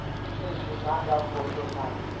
she said she was knocked out for a short time.